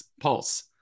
pulse